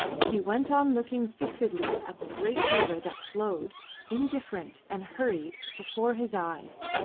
he went on looking fixedly at the great river that flowed indifferent and hurried before his eyes.